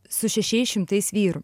su šešiais šimtais vyrų